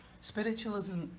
spiritualism